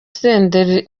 senderi